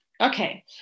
Okay